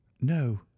no